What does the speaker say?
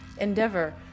endeavor